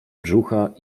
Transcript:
brzucha